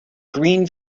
green